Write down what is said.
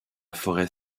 forêt